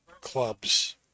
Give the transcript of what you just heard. clubs